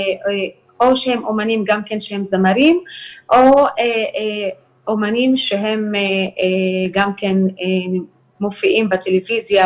או שהם אמנים שהם זמרים או אמנים שהם מופיעים בטלוויזיה,